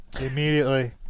Immediately